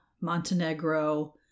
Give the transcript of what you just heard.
Montenegro